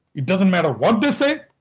it doesn't matter what they say.